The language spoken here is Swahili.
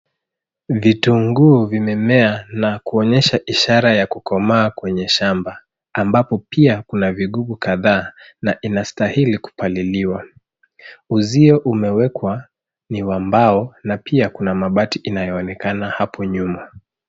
Vitunguu vimemea na kuonyesha ishara ya kukomaa kwenye shamba ambapo pia kuna vigugu kadhaa na inastahili kupaliliwa. Uzio umewekwa ni wa mbao na pia kuna mabati inayoonekana hapo nyuma.